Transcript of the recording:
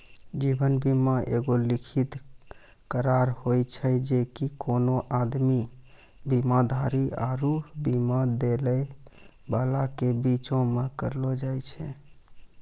जीवन बीमा एगो लिखित करार होय छै जे कि कोनो आदमी, बीमाधारी आरु बीमा दै बाला के बीचो मे करलो जाय छै